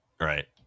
Right